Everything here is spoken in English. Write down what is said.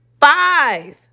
five